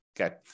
okay